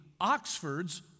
Oxford's